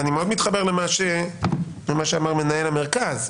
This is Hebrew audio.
אני מתחבר למה שאמר מנהל המרכז,